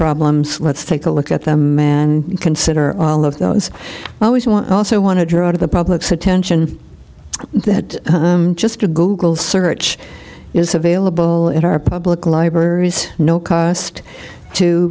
problems let's take a look at them and consider all of those i always want i also want to draw to the public's attention that just a google search is available at our public libraries no cost to